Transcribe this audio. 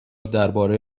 درباره